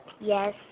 Yes